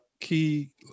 key